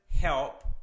help